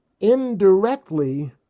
indirectly